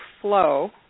flow